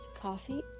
Coffee